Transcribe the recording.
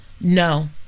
No